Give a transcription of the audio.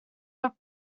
were